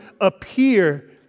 appear